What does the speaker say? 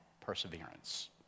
perseverance